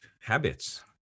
habits